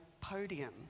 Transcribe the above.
podium